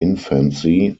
infancy